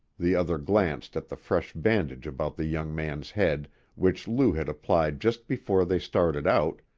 the other glanced at the fresh bandage about the young man's head which lou had applied just before they started out,